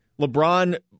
LeBron